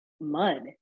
mud